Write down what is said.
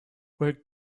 where